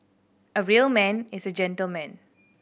a real man is a gentleman